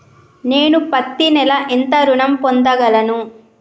నేను పత్తి నెల ఎంత ఋణం పొందగలను?